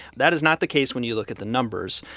that is not the case when you look at the numbers.